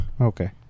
okay